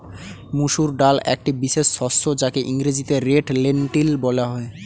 মুসুর ডাল একটি বিশেষ শস্য যাকে ইংরেজিতে রেড লেন্টিল বলা হয়